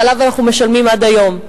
שעליו אנחנו משלמים עד היום.